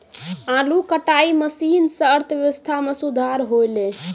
आलू कटाई मसीन सें अर्थव्यवस्था म सुधार हौलय